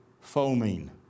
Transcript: foaming